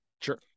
Sure